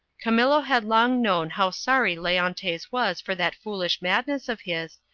camillo had long known how sorry leontes was for that foolish madness of his,